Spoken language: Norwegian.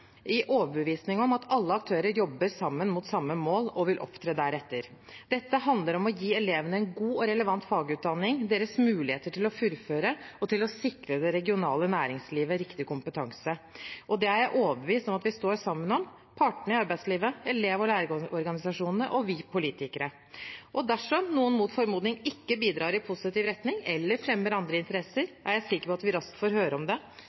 i overbevisning om at alle aktører jobber sammen mot samme mål og vil opptre deretter. Dette handler om å gi elevene en god og relevant fagutdanning, deres muligheter til å fullføre og til å sikre det regionale næringslivet riktig kompetanse. Og det er jeg overbevist om at vi står sammen om, både partene i arbeidslivet, elev- og lærerorganisasjonene og vi politikere. Dersom noen mot formodning ikke bidrar i positiv retning, eller fremmer andre interesser, er jeg sikker på at vi raskt får høre om det.